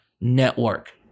Network